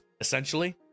essentially